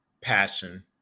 passion